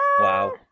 wow